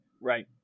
Right